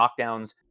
knockdowns